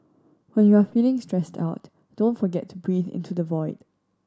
when you are feeling stressed out don't forget to breathe into the void